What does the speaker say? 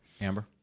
Amber